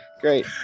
Great